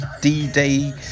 D-Day